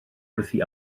wrthi